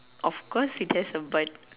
of course it has a butt